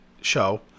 show